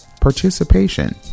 participation